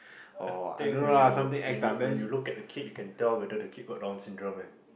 a thing when you when you when you look at a kid you can tell whether the kid got down syndrome ah